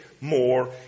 more